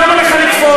למה לך לקפוץ?